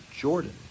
Jordan